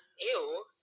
ew